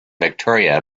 victoria